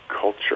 culture